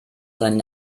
seinen